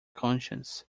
conscience